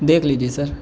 دیکھ لیجیے سر